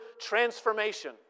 transformation